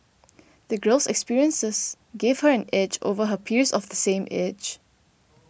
the girl's experiences gave her an edge over her peers of the same age